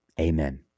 Amen